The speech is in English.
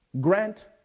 Grant